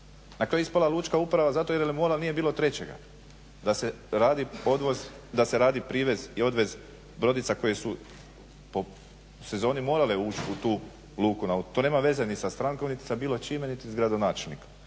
Na kraju je ispala lučka uprava zato jer na molu nije bilo trećega da se radi privez i odvez brodica koje su po sezoni morale ući u tu luku. To nema veze ni sa strankom niti sa bilo čime, niti s gradonačelnikom.